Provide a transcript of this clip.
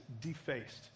defaced